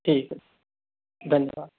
ठीक है धन्यवाद